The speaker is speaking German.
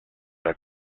der